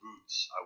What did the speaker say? Boots